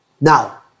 Now